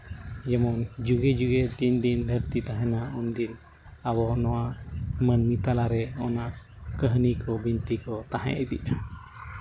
ᱡᱮᱢᱚᱱ ᱡᱩᱜᱮ ᱡᱩᱜᱮ ᱛᱤᱱ ᱫᱤᱱ ᱫᱷᱟᱹᱨᱛᱤ ᱛᱟᱦᱮᱱᱟ ᱩᱱ ᱫᱤᱱ ᱟᱵᱚ ᱱᱚᱣᱟ ᱢᱟᱹᱱᱢᱤ ᱛᱟᱞᱟᱨᱮ ᱚᱱᱟ ᱠᱟᱹᱦᱱᱤ ᱠᱚ ᱵᱤᱱᱛᱤ ᱠᱚ ᱛᱟᱦᱮᱸ ᱤᱫᱤᱜᱼᱟ